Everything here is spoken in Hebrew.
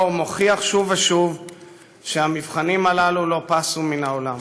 מוכיח שוב ושוב שהמבחנים הללו לא פסו מן העולם.